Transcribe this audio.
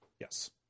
Yes